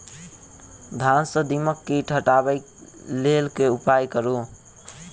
धान सँ दीमक कीट हटाबै लेल केँ उपाय करु?